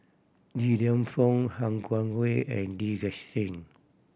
Li Lienfung Han Guangwei and Lee Gek Seng